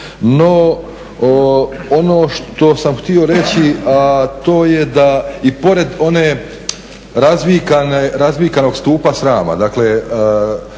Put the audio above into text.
No ono što sam htio reći, a to je da i pored onog razvikanog stupa srama, dakle